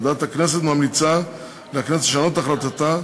ועדת הכנסת ממליצה לכנסת לשנות את החלטתה